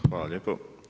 Hvala lijepo.